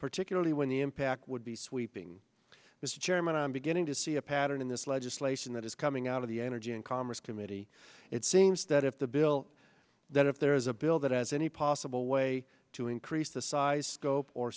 particularly when the impact would be sweeping mr chairman i'm beginning to see a pattern in this legislation that is coming out of the energy and commerce committee seems that if the bill that if there is a bill that has any possible way to increase the size scope or